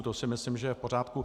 To si myslím, že je v pořádku.